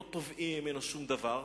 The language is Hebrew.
לא תובעים מן הילד שום דבר,